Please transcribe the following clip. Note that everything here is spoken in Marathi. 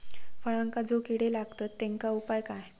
फळांका जो किडे लागतत तेनका उपाय काय?